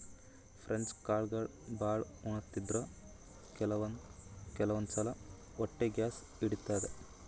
French ಕಾಳ್ಗಳ್ ಭಾಳ್ ಉಣಾದ್ರಿನ್ದ ಕೆಲವಂದ್ ಸಲಾ ಹೊಟ್ಟಿ ಗ್ಯಾಸ್ ಹಿಡಿತದ್